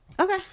Okay